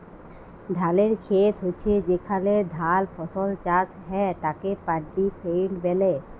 ধালের খেত হচ্যে যেখলে ধাল ফসল চাষ হ্যয় তাকে পাড্ডি ফেইল্ড ব্যলে